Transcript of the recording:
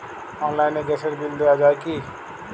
অনলাইনে গ্যাসের বিল দেওয়া যায় কি?